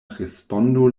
respondo